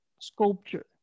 sculpture